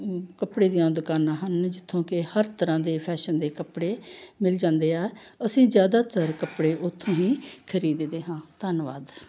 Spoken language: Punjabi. ਕੱਪੜੇ ਦੀਆਂ ਦੁਕਾਨਾਂ ਹਨ ਜਿੱਥੋਂ ਕਿ ਹਰ ਤਰ੍ਹਾਂ ਦੇ ਫੈਸ਼ਨ ਦੇ ਕੱਪੜੇ ਮਿਲ ਜਾਂਦੇ ਆ ਅਸੀਂ ਜ਼ਿਆਦਾਤਰ ਕੱਪੜੇ ਉੱਥੋਂ ਹੀ ਖਰੀਦਦੇ ਹਾਂ ਧੰਨਵਾਦ